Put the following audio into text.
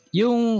yung